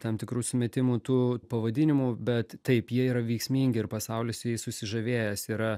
tam tikrų sumetimų tų pavadinimų bet taip jie yra veiksmingi ir pasaulis jais susižavėjęs yra